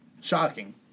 shocking